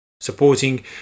supporting